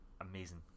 amazing